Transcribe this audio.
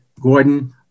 Gordon